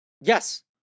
Yes